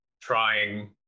trying